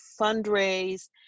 fundraise